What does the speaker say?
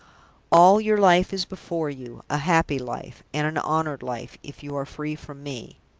all your life is before you a happy life, and an honored life, if you are freed from me!